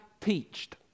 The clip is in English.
teached